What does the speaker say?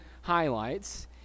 highlights